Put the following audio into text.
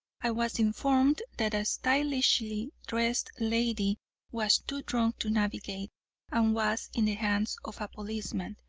i was informed that a stylishly dressed lady was too drunk to navigate and was in the hands of a policeman.